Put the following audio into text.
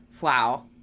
Wow